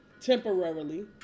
temporarily